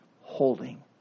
holding